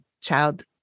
child